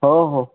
हो हो